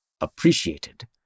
appreciated